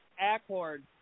Accord